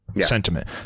sentiment